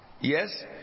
Yes